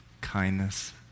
kindness